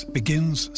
begins